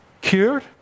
cured